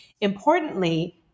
Importantly